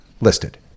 listed